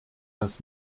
das